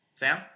Sam